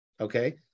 okay